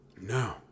No